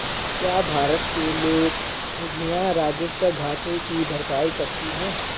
क्या भारत के लोक निधियां राजस्व घाटे की भरपाई करती हैं?